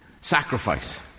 sacrifice